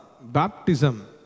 Baptism